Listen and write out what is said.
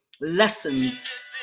Lessons